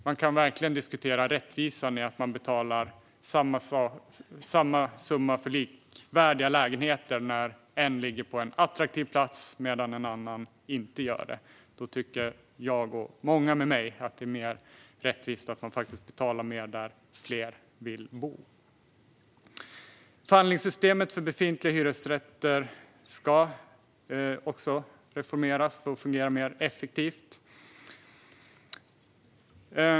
Man kan verkligen diskutera rättvisan i att det ska betalas samma summa för likvärdiga lägenheter när en ligger på en attraktiv plats medan en annan inte gör det. Jag, och många med mig, tycker att det är mer rättvist att man betalar mer där fler vill bo. Förhandlingssystemet för befintliga hyresrätter ska också reformeras för att fungera mer effektivt.